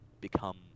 become